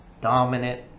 dominant